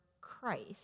Christ